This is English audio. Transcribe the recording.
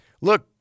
look